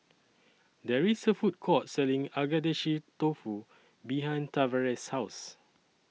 There IS A Food Court Selling Agedashi Dofu behind Tavares' House